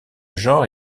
genre